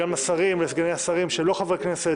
גם לשרים ולסגני השרים שהם לא חברי כנסת,